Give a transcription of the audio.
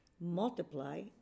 multiply